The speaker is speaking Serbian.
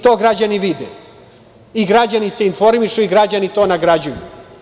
To građani vide i građani se informišu i građani to nagrađuju.